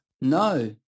No